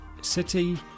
City